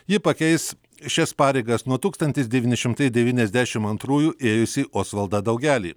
ji pakeis šias pareigas nuo tūkstantis devyni šimtai devyniasdešimt antrųjų ėjusį osvaldą daugelį